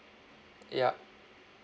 yup